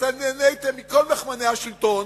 ואתה נהנית מכל מנעמי השלטון.